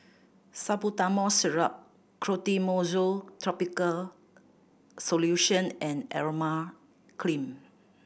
Salbutamol Syrup Clotrimozole Topical Solution and Emla Cream